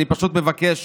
אני פשוט מבקש